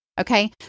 Okay